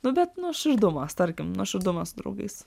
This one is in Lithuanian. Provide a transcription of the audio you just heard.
nu bet nuoširdumas tarkim nuoširdumas su draugais